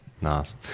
nice